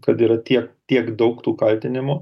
kad yra tiek tiek daug tų kaltinimų